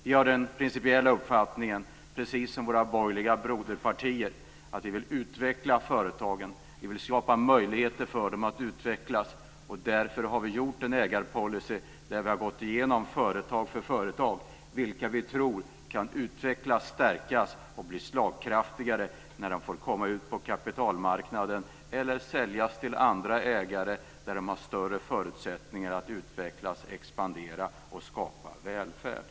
Vi har den principiella uppfattningen, precis som våra borgerliga broderpartier, att vi vill utveckla företagen, vi vill skapa möjligheter för dem att utvecklas. Därför har vi en ägarpolicy där vi har gått igenom företag för företag vilka vi tror kan utvecklas, stärkas och bli slagkraftigare när de får komma ut på kapitalmarknaden eller säljas till andra ägare där de har större förutsättningar att utvecklas, expandera och skapa välfärd.